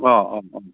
अ अ अ